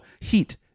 heat